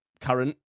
current